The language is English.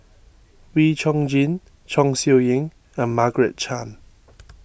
Wee Chong Jin Chong Siew Ying and Margaret Chan